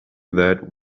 that